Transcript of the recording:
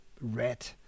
red